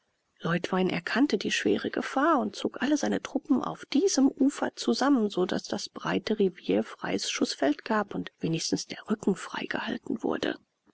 leutwein erkannte die schwere gefahr und zog alle seine truppen auf diesem ufer zusammen so daß das breite rivier freies schußfeld gab und wenigstens der rücken frei gehalten wurde